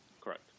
Correct